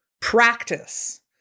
practice